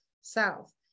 south